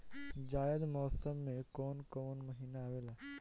जायद मौसम में कौन कउन कउन महीना आवेला?